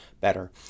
better